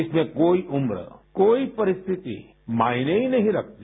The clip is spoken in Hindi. इसमें कोई उम्र कोई परिस्थिति मायने ही नहीं रखती